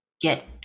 get